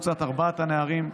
קבוצת ארבעת הנערים,